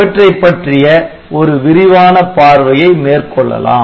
இவற்றைப் பற்றிய ஒரு விரிவான பார்வையை மேற்கொள்ளலாம்